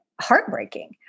heartbreaking